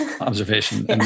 observation